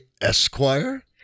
Esquire